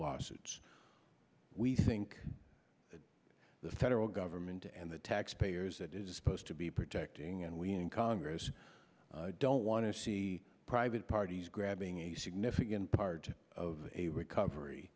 lawsuits we think that the federal government and the taxpayers that is supposed to be protecting and we in congress don't want to see private parties grabbing a significant part of a recovery